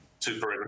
super